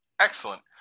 Excellent